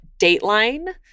Dateline